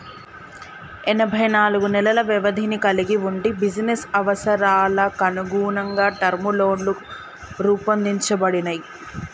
ఎనబై నాలుగు నెలల వ్యవధిని కలిగి వుండి బిజినెస్ అవసరాలకనుగుణంగా టర్మ్ లోన్లు రూపొందించబడినయ్